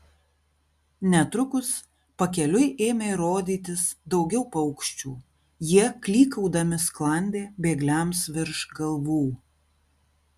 netrukus pakeliui ėmė rodytis daugiau paukščių jie klykaudami sklandė bėgliams virš galvų